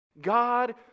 God